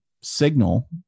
signal